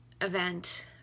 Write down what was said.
event